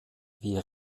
wie